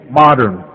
modern